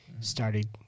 Started